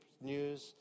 news